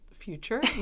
future